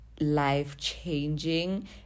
life-changing